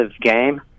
game